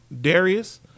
Darius